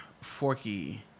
Forky